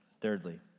Thirdly